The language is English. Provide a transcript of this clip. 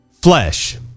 flesh